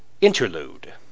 Interlude